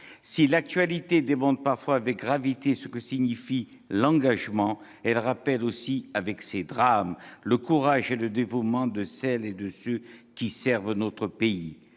Si l'actualité démontre parfois avec gravité ce que signifie l'engagement, elle rappelle aussi, avec ces drames, le courage et le dévouement de celles et de ceux qui servent notre pays.